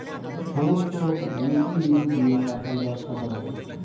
সমস্ত নীতি নিধি দিয়ে টাকার ব্যবসা করা হয়